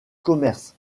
commerce